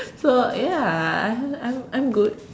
so ya I'm I'm I'm good